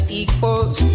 equals